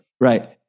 right